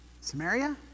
Samaria